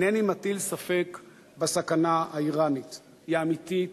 אינני מטיל ספק בסכנה האירנית, היא אמיתית,